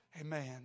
Amen